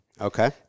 Okay